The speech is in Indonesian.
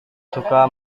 suka